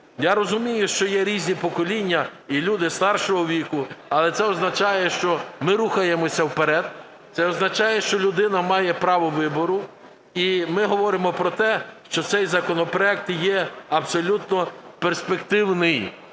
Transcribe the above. Я розумію, що є різні покоління і люди старшого віку, але це означає, що ми рухаємося вперед, це означає, що людина має право вибору. І ми говоримо про те, що цей законопроект є абсолютно перспективний.